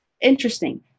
interesting